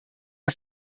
der